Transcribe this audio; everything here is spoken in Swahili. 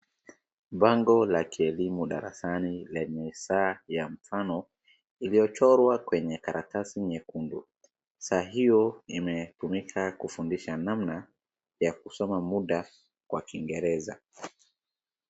Bango la kielimu darasani lenye saa ya mfano, iliyochorwa kwenye karatasi nyekundu. Saa hiyo imetumika kufundisha namna ya kusoma muda kwa kingereza.